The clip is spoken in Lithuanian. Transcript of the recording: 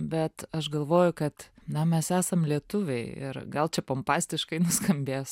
bet aš galvoju kad na mes esam lietuviai ir gal čia pompastiškai nuskambės